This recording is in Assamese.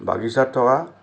বাগিচাত থকা